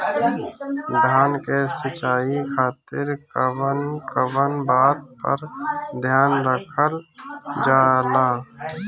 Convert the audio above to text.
धान के सिंचाई खातिर कवन कवन बात पर ध्यान रखल जा ला?